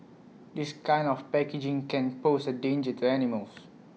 this kind of packaging can pose A danger to animals